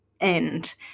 end